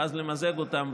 ואז למזג אותם.